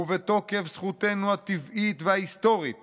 ובתוקף זכותנו הטבעית וההיסטורית